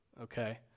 okay